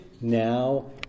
now